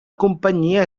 companyia